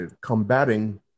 combating